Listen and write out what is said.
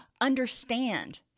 understand